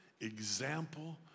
Example